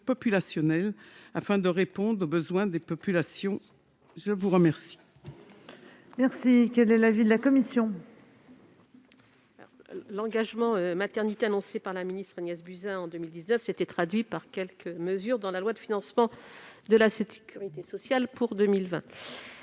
populationnelle afin de répondre aux besoins des populations. Quel